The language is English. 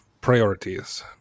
priorities